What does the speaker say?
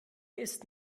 ist